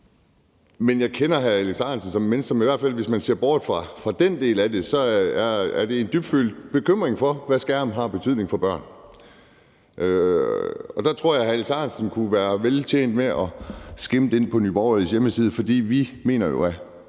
Men jeg kender hr. Alex Ahrendtsen som et menneske, som, i hvert fald hvis man ser bort fra den del af det, har en dybtfølt bekymring for, hvad skærm har af betydning for børn. Og der tror jeg, at hr. Alex Ahrendtsen kunne være vel tjent med at kigge ind på Nye Borgerliges hjemmeside, for vi mener jo, at